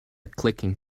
clicking